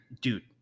Dude